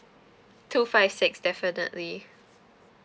two five six definitely